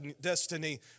destiny